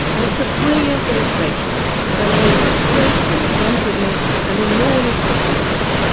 and it's a brilliant illustration of an age of great inventiveness and enormous optimism,